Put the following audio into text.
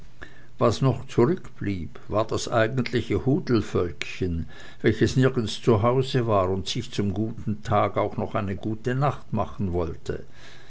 was noch zurückblieb war das eigentliche hudelvölkchen welches nirgends zu hause war und sich zum guten tag auch noch eine gute nacht machen wollte